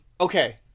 Okay